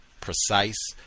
precise